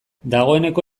dagoeneko